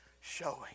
showing